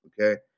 okay